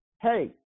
hey